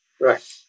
Right